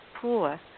poor